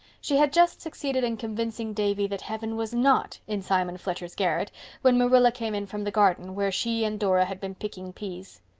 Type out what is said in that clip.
she had just succeeded in convincing davy that heaven was not in simon fletcher's garret when marilla came in from the garden, where she and dora had been picking peas.